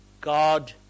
God